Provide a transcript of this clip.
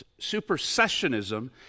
supersessionism